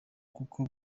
kuko